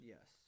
Yes